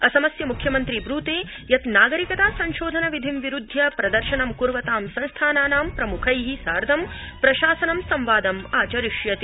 असमस्य मुख्यमन्त्री ब्रूते यत् नागरिकता संशोधन विधिं विरुद्धय प्रदर्शना कुर्वतां संस्थानानां प्रमुखै सार्धं प्रशासनं संवचादम् आचरिष्यति